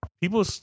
People